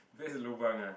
that is lobang ah